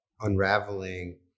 unraveling